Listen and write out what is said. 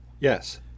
yes